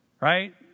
right